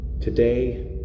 Today